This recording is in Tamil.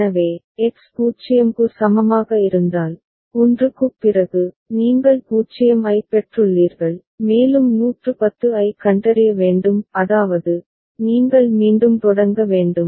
எனவே X 0 க்கு சமமாக இருந்தால் 1 க்குப் பிறகு நீங்கள் 0 ஐப் பெற்றுள்ளீர்கள் மேலும் 110 ஐக் கண்டறிய வேண்டும் அதாவது நீங்கள் மீண்டும் தொடங்க வேண்டும்